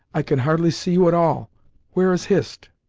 i can hardly see you at all where is hist?